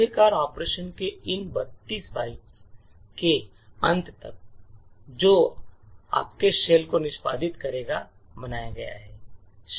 आखिरकार ऑपरेशन के इन 32 बाइट्स के अंत तक जो आपके शेल को निष्पादित करता है बनाया गया होगा